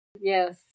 yes